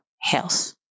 health